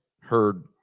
heard